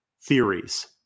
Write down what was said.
theories